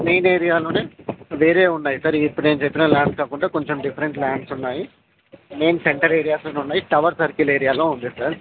main ఏరియాలోనే వేరే ఉన్నాయి సార్ ఇప్పుడు నేను చెప్పిన ల్యాండ్స్ కాకుండా కొంచెం డిఫరెంట్ ల్యాండ్స్ ఉన్నాయి మెయిన్ సెంటర్ ఏరియాస్లో ఉన్నాయి టవర్ సర్కిల్ ఏరియాలో ఉంది సార్